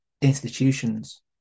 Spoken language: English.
institutions